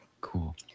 cool